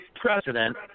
president